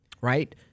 right